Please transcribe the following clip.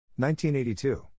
1982